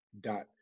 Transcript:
dot